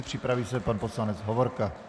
Připraví se pan poslanec Hovorka.